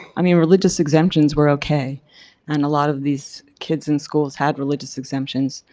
i mean religious exemptions were okay and a lot of these kids in schools had religious exemptions.